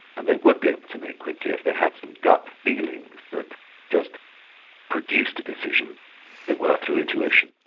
and they would be able to make quickly if they had some gut feelings that just produced a decision that worked through intuition.